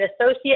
associate